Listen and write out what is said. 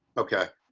okay,